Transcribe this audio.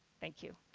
thank you.